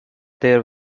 there